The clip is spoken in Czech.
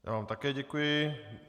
Já vám také děkuji.